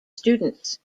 students